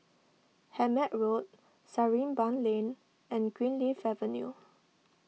Hemmant Road Sarimbun Lane and Greenleaf Avenue